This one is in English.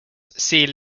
see